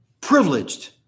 privileged